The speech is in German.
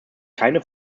keine